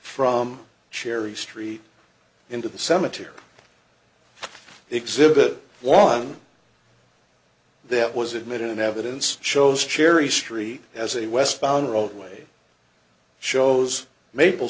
from cherry street into the cemetery exhibit one that was admitted in evidence shows cherry street has a westbound roadway shows maple